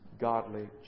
godly